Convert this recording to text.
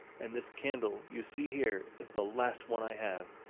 and this candle you see here is the last one i have.